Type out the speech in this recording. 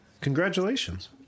Congratulations